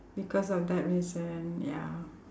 because of that reason ya